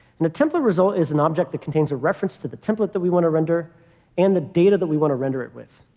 and a template result is an object that contains a reference to the template that we want to render and the data that we want to render it with.